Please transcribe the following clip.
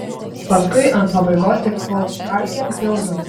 paskui ant pabaigos tik chlorkalkėm pildavo